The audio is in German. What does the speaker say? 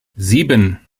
sieben